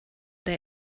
der